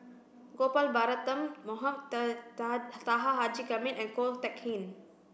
Gopal Baratham Mohamed Taha Haji Jamil and Ko Teck Kin